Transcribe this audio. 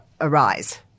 arise